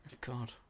God